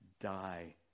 die